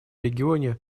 регионе